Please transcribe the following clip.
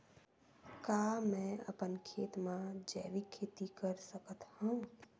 का मैं अपन खेत म जैविक खेती कर सकत हंव?